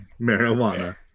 marijuana